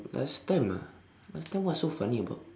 last time ah last time what's so funny about